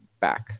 back